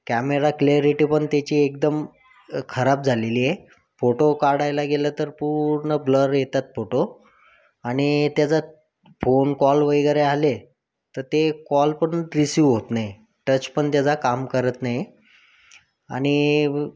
camera clarity पण त्याची एकदम खराब झालेली आहे फोटो काढायला गेलं तर पूर्ण ब्लर येतात फोटो आणि त्याचा फोन कॉल वगैरे आले तर ते कॉल पण रिसीव्ह होत नाही टच पण त्याचा काम करत नाही आणि